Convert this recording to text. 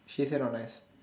she said not nice